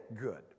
good